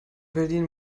berlin